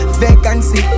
vacancy